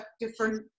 different